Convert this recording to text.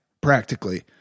practically